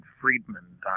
Friedman